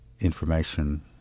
information